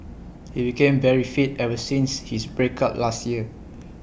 he became very fit ever since his break up last year